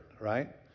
right